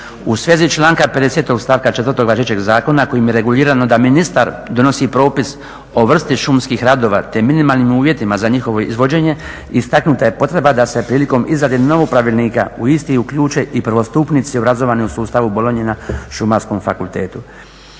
U svezi članka 50. stavka 4. važećeg zakona kojim je regulirano da ministar donosi propis o vrsti šumskih radova te minimalnim uvjetima za njihovo izvođenje, istaknuta je potreba da se prilikom izrade novog pravilnika u isti uključe u prvostupnici obrazovani u sustavu Bologne na Šumarskom fakultetu.